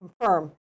confirm